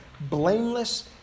blameless